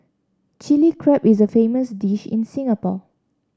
Chilli Crab is a famous dish in Singapore